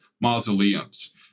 Mausoleums